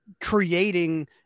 creating